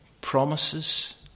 Promises